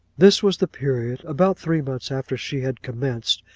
this was the period, about three months after she had commenced,